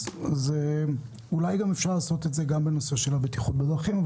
אז אולי אפשר לעשות את זה גם בנושא בטיחות בדרכים.